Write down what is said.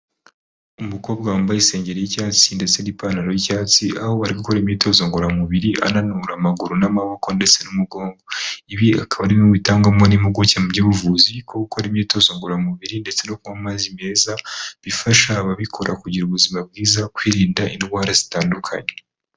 Umukobwa wambaye isengeri y'icyatsi ndetse n'ipantaro y'icyatsi, aho ari gukora imyitozo ngororamubiri ananura amaguru n'amaboko ndetse n'umugongo. Ibi akaba ari bimwe mu bitangwamo n'impuguke mu by'ubuvuzi ko gukora imyitozo ngororamubiri ndetse no kuywa mazi meza, bifasha ababikora kugira ubuzima bwiza, kwirinda indwara zitandukanye.